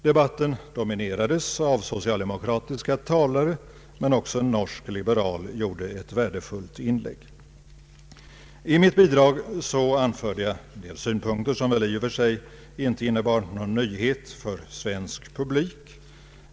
Debatten dominerades av socialdemokratiska talare, men också en norsk liberal gjorde ett värdefullt inlägg. I mitt bidrag anförde jag en del synpunkter som i och för sig inte innebar någon nyhet för svensk publik.